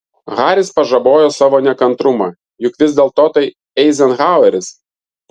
haris pažabojo savo nekantrumą juk vis dėlto tai eizenhaueris